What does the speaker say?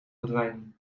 verdwijning